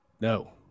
No